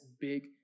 big